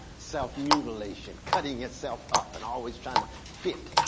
self-mutilation, cutting yourself up and always trying to fit,